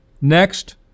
Next